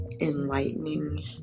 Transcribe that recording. enlightening